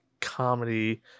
comedy